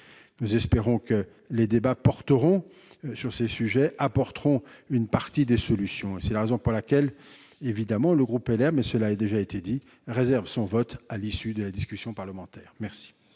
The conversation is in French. Nous espérons que les débats porteront sur ces sujets et apporteront une partie des solutions. C'est la raison pour laquelle le groupe Les Républicains- cela a déjà été dit -réserve son vote à l'issue de la discussion parlementaire. La